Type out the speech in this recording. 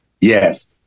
Yes